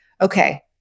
okay